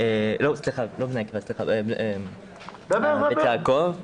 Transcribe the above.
בית יעקב.